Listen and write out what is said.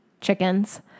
chickens